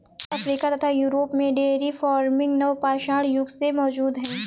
Africa तथा Europe में dairy farming नवपाषाण युग से मौजूद है